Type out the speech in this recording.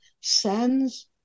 sends